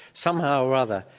somehow or other,